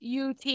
UT